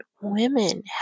women